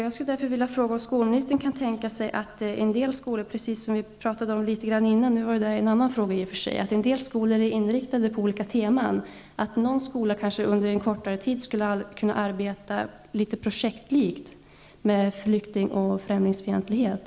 Jag vill därför fråga om skolministern kan tänka sig att en del skolor är inriktade på olika teman, t.ex. att en skola under en kortare tid arbetar projektlikt med flykting och främlingsfientlighet.